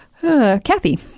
kathy